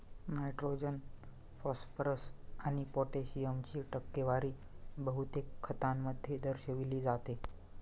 nitrogen, phosphorus आणि पोटॅशियमची टक्केवारी बहुतेक खतांमध्ये दर्शविली जाते